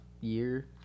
Year